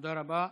תודה רבה.